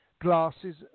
glasses